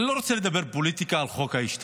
אני לא רוצה לדבר פוליטיקה, על חוק ההשתמטות,